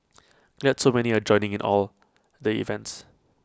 glad so many are joining in all the events